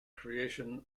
creation